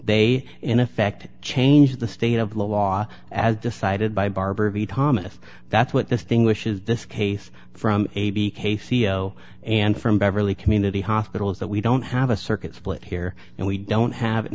they in effect change the state of law as decided by barbour v thomas that's what distinguishes this case from a b k c e o and from beverly community hospital is that we don't have a circuit split here and we don't have an